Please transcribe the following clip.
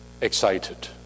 excited